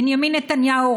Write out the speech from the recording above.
בנימין נתניהו,